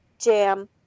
jam